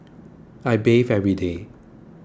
I bathe every day